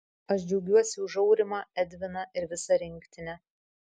aš džiaugiuosi už aurimą edviną ir visą rinktinę